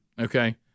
Okay